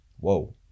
Whoa